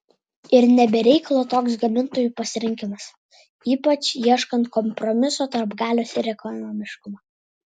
ir ne be reikalo toks gamintojų pasirinkimas ypač ieškant kompromiso tarp galios ir ekonomiškumo